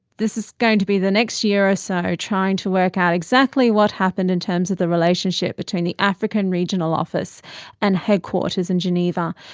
this is going to be the next year or ah so, trying to work out exactly what happened in terms of the relationship between the african regional office and headquarters in geneva.